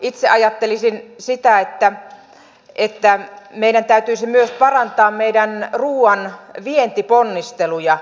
itse ajattelisin sitä että meidän täytyisi myös parantaa meidän ruoanvientiponnisteluja